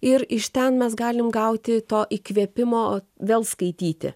ir iš ten mes galim gauti to įkvėpimo vėl skaityti